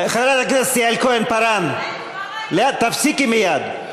חברת הכנסת יעל כהן-פארן, תפסיקי מייד.